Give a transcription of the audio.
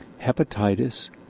hepatitis